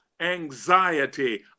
anxiety